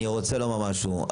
אני רוצה לומר משהו.